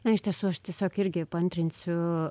na iš tiesų aš tiesiog irgi paantrinsiu